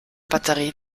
batterie